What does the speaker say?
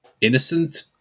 innocent